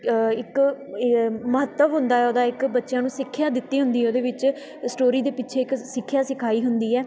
ਇੱਕ ਮਹੱਤਵ ਹੁੰਦਾ ਹੈ ਉਹਦਾ ਇੱਕ ਬੱਚਿਆਂ ਨੂੰ ਸਿੱਖਿਆ ਦਿੱਤੀ ਹੁੰਦੀ ਉਹਦੇ ਵਿੱਚ ਸਟੋਰੀ ਦੇ ਪਿੱਛੇ ਇੱਕ ਸਿੱਖਿਆ ਸਿਖਾਈ ਹੁੰਦੀ ਹੈ